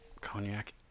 cognac